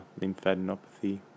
lymphadenopathy